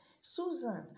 Susan